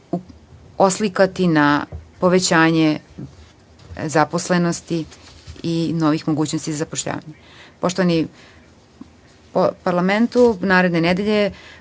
oslikati na povećanje zaposlenosti i novih mogućnosti zapošljavanja. Poštovani Parlamentu, naredne nedelje